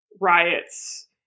riots